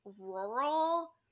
rural